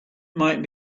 might